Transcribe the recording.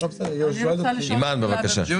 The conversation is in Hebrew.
אימאן, בבקשה.